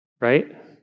right